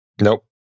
Nope